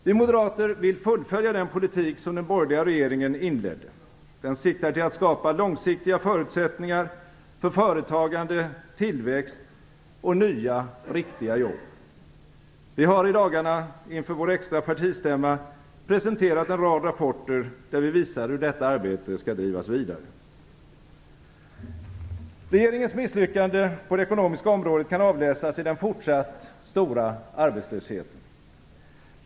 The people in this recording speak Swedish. Vi moderater vill fullfölja den politik som den borgerliga regeringen inledde. Den siktar till att skapa långsiktiga förutsättningar för företagande, tillväxt och nya, riktiga jobb. Vi har i dagarna inför vår extra partistämma presenterat en rad rapporter, där vi visar hur detta arbete skall drivas vidare. Regeringens misslyckande på det ekonomiska området kan avläsas i den fortsatt stora arbetslösheten.